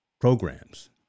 programs